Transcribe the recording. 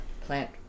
plant